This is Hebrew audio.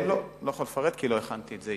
לא, אני לא יכול לפרט, כי לא הכנתי את זה.